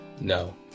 No